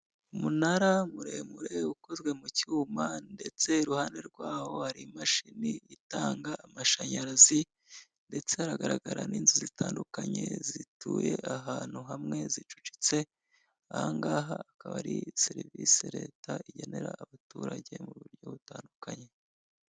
Umunara muremure ukozwe mu cyuma ndetse iruhande rwaho hari imashini itanga amashanyarazi ndetse haragaragara n'inzu zitandukanye zituye ahantu hamwe zicucitse ahangaha akaba ari serivise leta igenera abaturage mu buryo butandukanye.